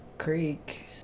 Creek